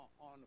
on